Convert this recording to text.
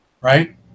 right